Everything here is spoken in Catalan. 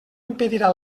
impedirà